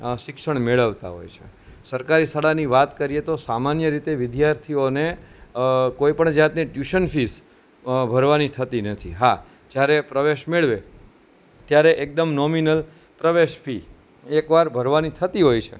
શિક્ષણ મેળવતા હોય છે સરકારી શાળાની વાત કરીએ તો સમાન્ય રીતે વિદ્યાર્થીઓને કોઈ પણ જાતની ટ્યુશન ફીઝ ભરવાની થતી નથી હા જ્યારે પ્રવેશ મેળવે ત્યારે એકદમ નૉમિનલ પ્રવેશ ફી એક વાર ભરવાની થતી હોય છે